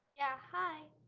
yeah, hi.